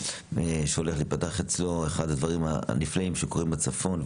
הולך להיפתח שם - אחד הדברים הנפלאים שקורים בצפון,